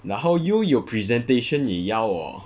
然后又有 presentation 也要哦